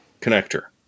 connector